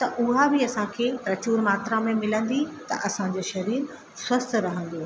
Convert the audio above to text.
त उह बि असांखे प्रचूर मात्रा में मिलंदी त असांजो शरीर स्वस्थ्यु रहंदो